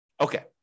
Okay